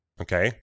okay